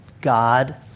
God